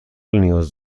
نیاز